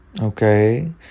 okay